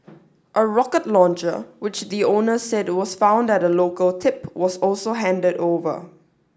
a rocket launcher which the owner said was found at a local tip was also handed over